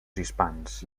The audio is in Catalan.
hispans